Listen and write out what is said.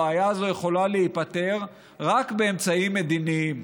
הבעיה הזאת יכולה להיפתר רק באמצעים מדיניים.